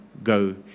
Go